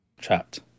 trapped